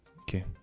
Okay